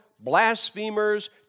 blasphemers